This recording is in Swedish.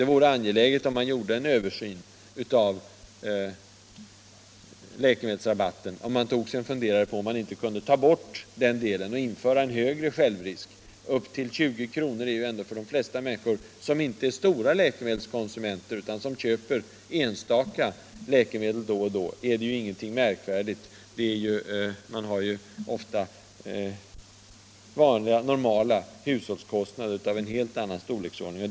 Det vore angeläget om man gjorde en översyn av läkemedelsrabatten och tog sig en funderare på om man inte kunde ta bort den delen och införa en högre självrisk. Upp till 20 kr. är ändå för de flesta människor, som inte är stora läkemedelskonsumenter utan som köper enstaka läkemedel då och då, ingenting märkvärdigt. Man har ofta normala hushållskostnader av en helt annan storleksordning.